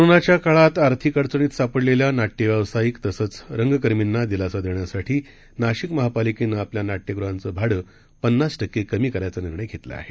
कोरोनाच्याकाळातआर्थिकअडचणीतसापडलेल्यानाट्यव्यावसायिकतसंचरंगकर्मीनादि लासादेण्यासाठीनाशिकमहापालिकेनंआपल्यानाट्यगृहांचेभाडेपन्नासटक्केकमीकरण्याचानिर्ण यघेतलाआहे